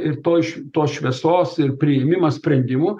ir toj tos šviesos ir priėmimas sprendimų